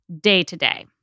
day-to-day